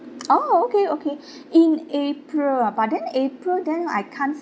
oh okay okay in april ah but then april then I can't